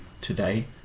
today